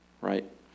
right